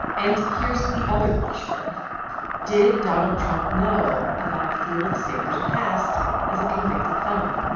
and here's the other question did donald trump know about felix sater's past as a convicted felon?